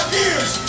years